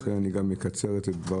לכן אני גם אקצר את דבריי.